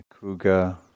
cougar